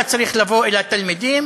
היה צריך לבוא אל התלמידים,